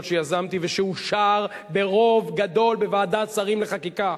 שיזמתי ושאושר ברוב גדול בוועדת שרים לחקיקה,